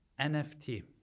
nft